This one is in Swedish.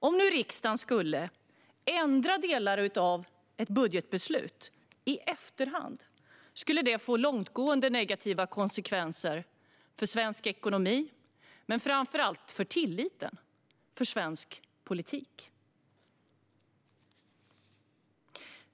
Om nu riksdagen skulle ändra delar av ett budgetbeslut i efterhand skulle det få långtgående negativa konsekvenser för svensk ekonomi - men framför allt för tilliten till svensk politik.